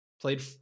played